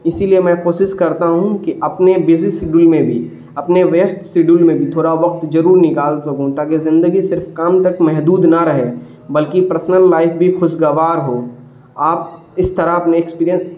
اسی لیے میں کوشس کرتا ہوں کہ اپنے بزی شیڈیول میں بھی اپنے ویستھ شیڈیول میں بھی تھوڑا وقت ضرور نکال سکوں تاکہ زندگی صرف کام تک محدود نہ رہے بلکہ پرسنل لائف بھی خوشگوار ہو آپ اس طرح اپنے ایکسپریئنس